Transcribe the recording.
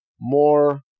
more